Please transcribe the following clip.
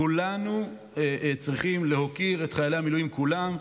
כולנו צריכים להוקיר את חיילי המילואים כולם,